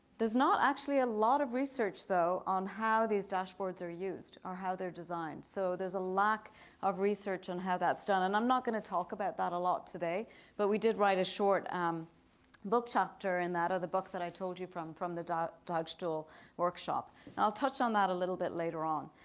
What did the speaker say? there's not actually a lot of research though on how these dashboards are used or how they're designed. so there's a lack of research on and how that's done, and i'm not going to talk about that a lot today but we did write a short um book chapter in that ah other book that i told you from from the dodge the dodge tool workshop, and i'll touch on that a little bit later on.